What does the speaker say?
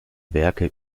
werke